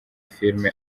filime